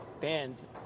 fans